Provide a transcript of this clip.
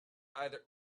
either